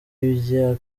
yibye